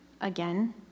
Again